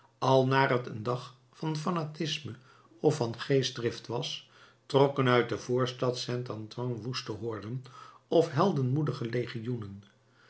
al naar t een dag van fanatisme of van geestdrift was trokken uit de voorstad saint antoine woeste horden of heldenmoedige